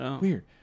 Weird